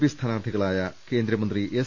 P സ്ഥാനാർത്ഥി കളായ കേന്ദ്രമന്ത്രി എസ്